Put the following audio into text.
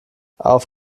auf